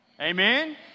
Amen